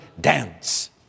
dance